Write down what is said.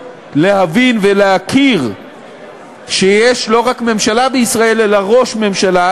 להבין ולהכיר בכך שיש לא רק ממשלה בישראל אלא ראש ממשלה,